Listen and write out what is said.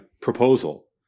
proposal